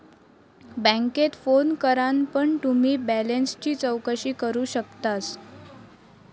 बॅन्केत फोन करान पण तुम्ही बॅलेंसची चौकशी करू शकतास